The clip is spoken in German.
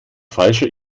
falscher